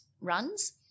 runs